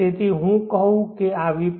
તેથી જો હું કહું કે આ Vp